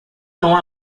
não